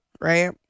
right